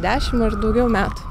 dešimt ar daugiau metų